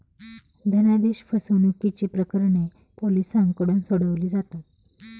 धनादेश फसवणुकीची प्रकरणे पोलिसांकडून सोडवली जातात